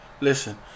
listen